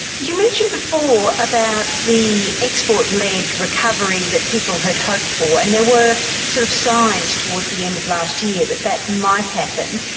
you mentioned before about the export-led recovery that people had hoped for, and there were sort of signs towards the end of last year that that might happen,